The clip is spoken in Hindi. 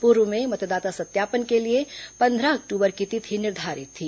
पूर्व में मतदाता सत्यापन के लिए पंद्रह अक्टूबर की तिथि निर्धारित थी